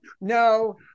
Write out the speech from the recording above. no